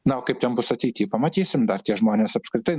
na o kaip ten bus ateity pamatysim dar tie žmonės apskritai